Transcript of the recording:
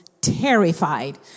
terrified